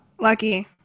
Lucky